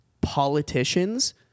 politicians